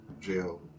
jail